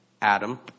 Adam